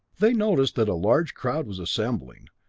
they noticed that a large crowd was assembling,